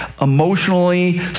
emotionally